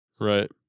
Right